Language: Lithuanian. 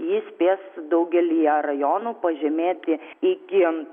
ji spės daugelyje rajonų pažemėti iki